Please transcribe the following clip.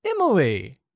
Emily